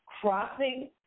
crossing